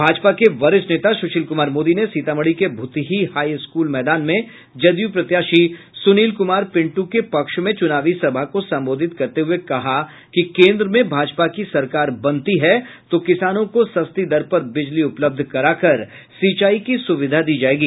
भाजपा के वरिष्ठ नेता सुशील कुमार मोदी ने सीतामढ़ी के भूतही हाई स्कूल मैदान में जदयू प्रत्याशी सुनील कुमार पिन्टू के पक्ष में चुनावी सभा को संबोधित करते हुए कहा कि केन्द्र में भाजपा की सरकार बनती है तो किसानों को सस्ती दर पर बिजली उपलब्ध कराकर सिंचाई की सुविधा दी जायेगी